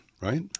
Right